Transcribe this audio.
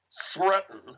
threaten